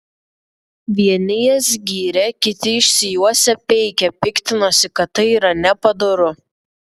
vieni jas gyrė kiti išsijuosę peikė piktinosi kad tai yra nepadoru